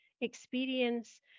experience